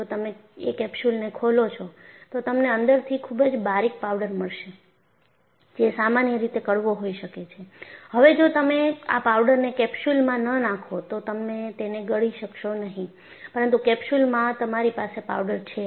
જો તમે એ કેપ્સ્યુલને ખોલો છો તો તમને અંદરથી ખૂબ જ બારીક પાવડર મળશે જે સામાન્ય રીતે કડવો હોઈ શકે છે હવે જો તમે આ પાવડરને કેપ્સ્યૂલમાં ન નાખો તો તમે તેને ગળી શકશો નહીં પરંતુ કેપ્સ્યૂલમાં તમારી પાસે પાવડર છે